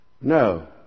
No